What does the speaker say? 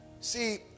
See